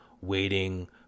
waiting